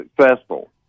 successful